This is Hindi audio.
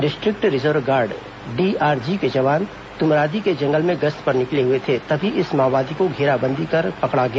डिस्ट्रिक्ट रिजर्व गार्ड डीआरजी के जवान तुमरादी के जंगल में गश्त पर निकले हुए थे तभी इस माओवादी को घेराबंदी कर पकड़ लिया गया